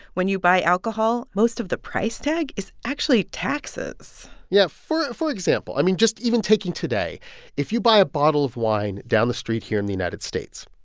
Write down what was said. when you buy alcohol, most of the price tag is actually taxes yeah, for for example i mean, just even taking today if you buy a bottle of wine down the street here in the united states,